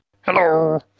Hello